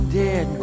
dead